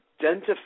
identify